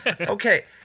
okay